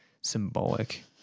symbolic